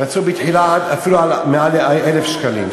רצו בתחילה אפילו מעל ל-1,000 שקלים.